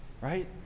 right